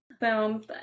Boom